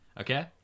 Okay